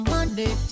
Monday